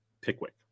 Pickwick